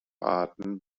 arten